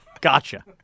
Gotcha